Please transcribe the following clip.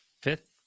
fifth